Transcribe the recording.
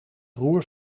roer